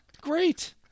great